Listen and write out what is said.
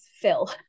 fill